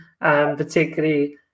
particularly